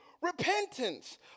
repentance